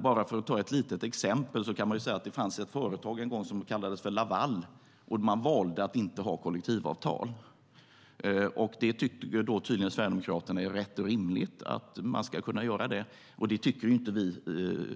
Bara för att ta ett litet exempel kan jag dock säga att det en gång fanns ett företag som kallades Laval och som valde att inte ha kollektivavtal. Tydligen tycker Sverigedemokraterna att det är rätt och rimligt att kunna göra så, och det tycker inte vi